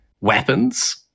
weapons